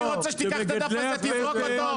אני רוצה שתיקח את הדף הזה תזרוק אותו,